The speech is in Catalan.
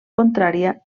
contrària